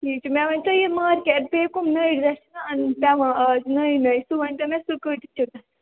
ٹھیٖک چھِ مےٚ ؤنۍ تَو یہِ مارٕکیٚٹ بیٚیہِ کٕم نٔے ڈرٛیس چھِناہ اَننۍ پیٚوان اَز نٔے نٔے سُہ ؤنۍ تَو مےٚ سُہ کۭتِس چھُ گژھان